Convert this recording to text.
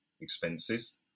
expenses